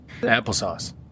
Applesauce